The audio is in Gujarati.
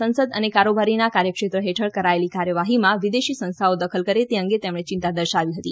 સંસદ અને કારોબારીના કાર્યક્ષેત્ર હેઠળ કરાયેલી કાર્યવાહીમાં વિદેશી સંસ્થાઓ દખલ કરે તે અંગે તેમણે ચિંતા દર્શાવી હતી